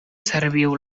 serviu